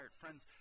Friends